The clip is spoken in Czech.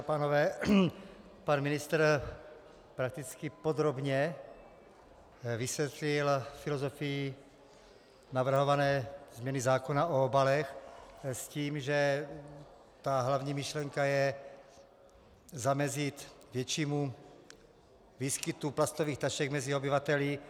Dámy a pánové, pan ministr prakticky podrobně vysvětlil filozofii navrhované změny zákona o obalech s tím, že hlavní myšlenka je zamezit většímu výskytu plastových tašek mezi obyvateli.